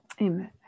Amen